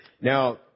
Now